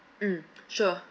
mm sure